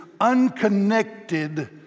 unconnected